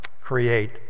create